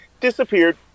Disappeared